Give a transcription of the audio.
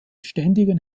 ständigen